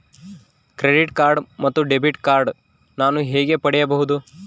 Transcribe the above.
Credit card ಮತ್ತು debit card ನಾನು ಹೇಗೆ ಪಡೆಯಬಹುದು?